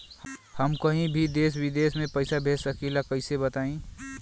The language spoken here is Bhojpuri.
हम कहीं भी देश विदेश में पैसा भेज सकीला कईसे बताई?